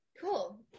cool